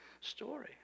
story